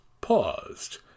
paused